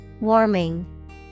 Warming